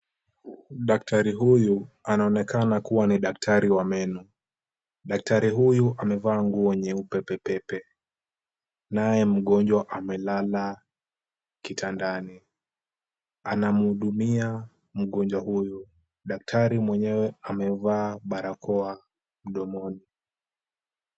Daktari huyu anaonekana kuwa ni daktari wa meno. Daktari huyu amevaa nguo nyeupe pepepe ,naye mgonjwa amelala kitandani. Anamhudumia mgonjwa huyu. Daktari mwenyewe amevaa barakoa mdomoni.